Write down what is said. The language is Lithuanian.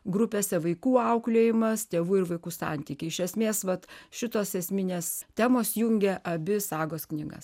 grupėse vaikų auklėjimas tėvų ir vaikų santykiai iš esmės vat šitos esminės temos jungia abi sagos knygas